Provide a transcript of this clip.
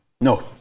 no